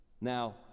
Now